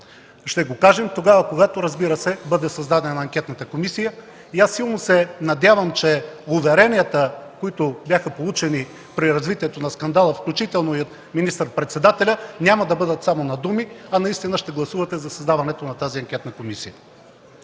Ще го кажем, когато, разбира се, бъде създадена анкетната комисия. Силно се надявам, че уверенията, които бяха получени при развитието на скандала, включително и от министър-председателя, няма да бъдат само на думи, а наистина ще гласувате за създаването на тази анкетна комисия.